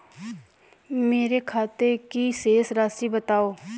मेरे खाते की शेष राशि बताओ?